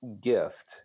gift